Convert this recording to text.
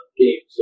game